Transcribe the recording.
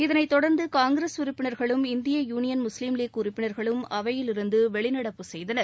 இதனைத் தொடர்ந்து காங்கிரஸ் உறுப்பினர்களும் இந்திய யூனியன் முஸ்லீம் லீக் உறுப்பினர்களும் அவையிலிருந்து வெளிநடப்பு செய்தனர்